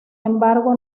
embargo